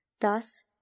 Thus